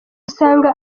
usanga